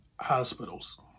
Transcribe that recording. hospitals